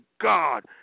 God